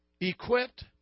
equipped